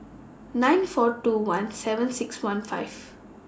nine four two one seven six one five